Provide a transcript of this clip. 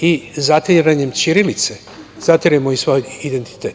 i zatiranjem ćirilice, zatiremo i svoj identitet